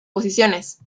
posiciones